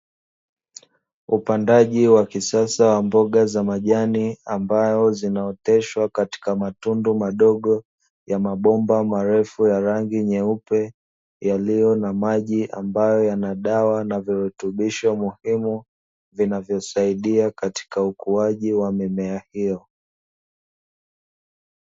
Upandaji wa kisasa wa mboga za majani, ambayo zinaoteshwa katika matundu madogo ya mabomba marefu ya rangi nyeupe, yaliyo na maji ambayo yana dawa na virutubisho muhimu vinavyosaidia katika ukuaji wa mimea hiyo.